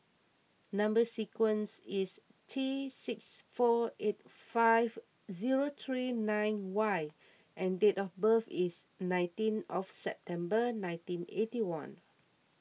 Number Sequence is T six four eight five zero three nine Y and date of birth is nineteen of September nineteen eighty one